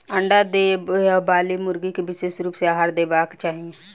अंडा देबयबाली मुर्गी के विशेष रूप सॅ आहार देबाक चाही